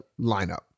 lineup